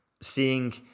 seeing